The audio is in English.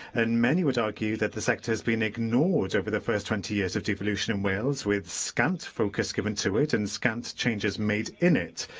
and many would argue that the sector has been ignored over the first twenty years of devolution in wales, with scant focus given to it and scant changes made in it.